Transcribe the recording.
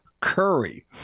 Curry